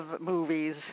movies